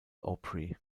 opry